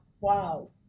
Wow